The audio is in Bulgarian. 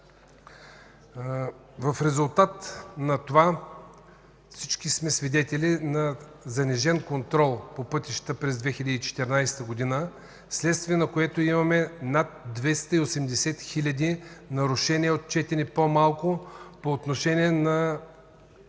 В резултат на това всички сме свидетели на занижен контрол по пътищата през 2014 г., вследствие на което имаме над 280 хиляди нарушения, отчетени по-малко по отношение на